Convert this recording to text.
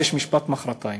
ויש משפט מחרתיים.